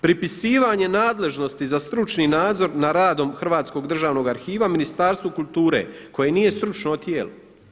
Pripisivanje nadležnosti za stručni nadzor nad radom Hrvatskog državnog arhiva Ministarstvu kulture koje nije stručno tijelo.